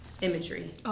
imagery